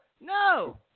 No